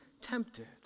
tempted